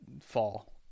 fall